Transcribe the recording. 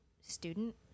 student